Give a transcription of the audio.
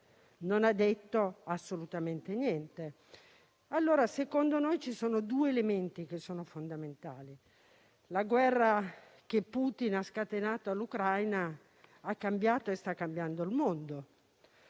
non ha detto assolutamente niente. Secondo noi ci sono due elementi che sono fondamentali: la guerra che Putin ha scatenato all'Ucraina ha cambiato e sta cambiando il mondo.